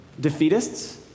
defeatists